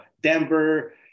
Denver